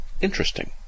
interesting